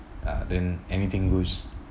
uh then anything goes